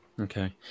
Okay